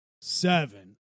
seven